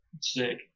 Sick